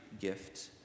gift